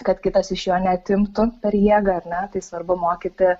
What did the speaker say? kad kitas iš jo neatimtų per jėgą ar ne tai svarbu mokyti